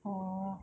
orh